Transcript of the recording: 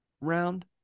round